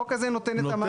החוק הזה נותן את המענה.